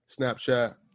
Snapchat